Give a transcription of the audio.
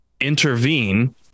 intervene